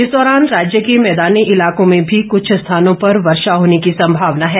इस दौरान राज्य के मैदानी इलाकों में भी कुछ स्थानों पर वर्षा होने की संमावना हैं